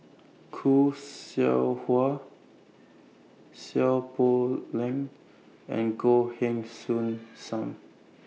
Khoo Seow Hwa Seow Poh Leng and Goh Heng Soon SAM